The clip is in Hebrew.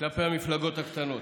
כלפי המפלגות הקטנות.